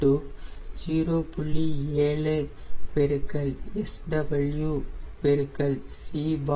7 SW CSt 0